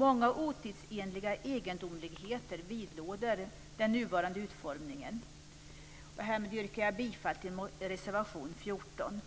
Många otidsenliga egendomligheter vidlåder den nuvarande utformningen. Jag yrkar härmed bifall till reservation 14.